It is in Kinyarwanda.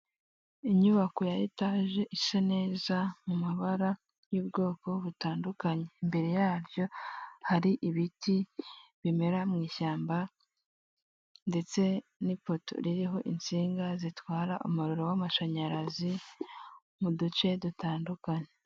Inyubako ya etaje isa neza mu mabara y'ubwoko butandukanye, imbere yaho hari ibiti bimera mu ishyamba ndetse n'ipoto ririho insinga zitwara umuriro w'amashanyarazi mu duce dutandukanye.